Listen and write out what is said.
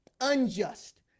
unjust